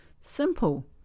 Simple